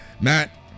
Matt